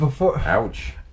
ouch